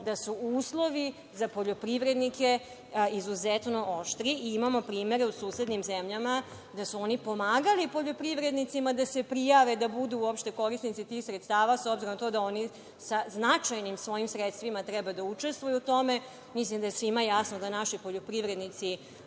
da su uslovi za poljoprivrednike izuzetno oštri. Imamo primere u susednim zemljama da su oni pomagali poljoprivrednicima da se prijave, da budu uopšte korisnici tih sredstava s obzirom na to da oni sa značajnim sredstvima treba da učestvuju tome. Mislim da je svima jasno da naši poljoprivrednici